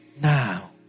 Now